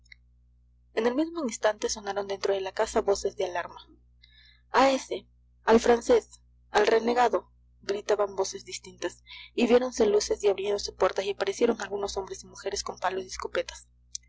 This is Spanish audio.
en el mismo instante sonaron dentro de la casa voces de alarma a ese al francés al renegado gritaban voces distintas y viéronse luces y abriéronse puertas y aparecieron algunos hombres y mujeres con palos y escopetas